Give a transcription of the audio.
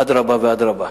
אדרבה ואדרבה,